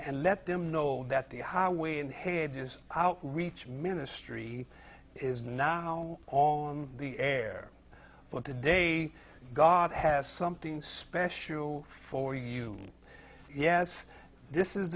and let them know that the highway in hades is out reach ministry is now on the air but today god has something special for you yes this is